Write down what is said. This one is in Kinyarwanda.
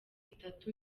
itatu